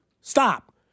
stop